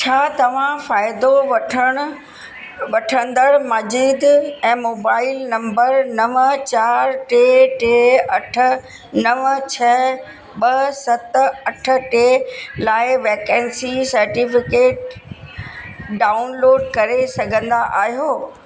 छा तव्हां फ़ाइदो वठणु वठंदड़ माजिद ऐं मोबाइल नंबर नव चारि टे टे अठ नव छह ॿ सत अठ टे लाइ वैकेंसी सेर्टिफिकेट डाउनलोड करे सघंदा आहियो